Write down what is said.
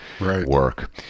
work